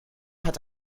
hat